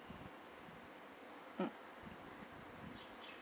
mm